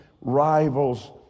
rivals